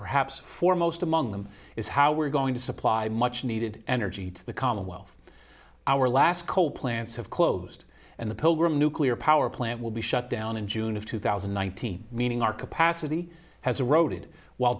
perhaps foremost among them is how we're going to supply much needed energy to the commonwealth our last coal plants have closed and the nuclear power plant will be shut down in june of two thousand and nineteen meaning our capacity has eroded while